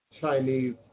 Chinese